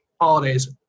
holidays